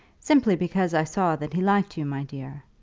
simply because i saw that he liked you, my dear.